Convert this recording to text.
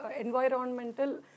environmental